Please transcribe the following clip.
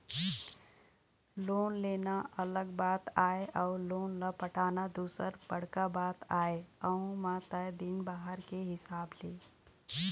loan लेना अलग बात आय अउ लोन ल पटाना दूसर बड़का बात आय अहूँ म तय दिन बादर के हिसाब ले